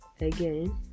again